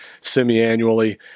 semi-annually